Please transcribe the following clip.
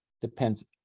depends